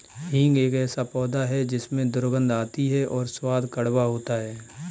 हींग एक ऐसा पौधा है जिसमें दुर्गंध आती है और स्वाद कड़वा होता है